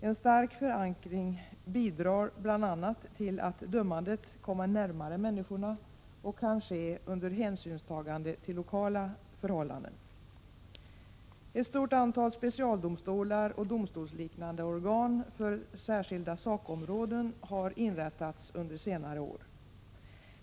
En stark förankring bidrar bl.a. till att dömandet kommer närmare människorna och kan ske under hänsynstagande till lokala förhållanden. Ett stort antal specialdomstolar och domstolsliknande organ för särskilda sakområden har inrättats under senare år.